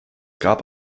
gab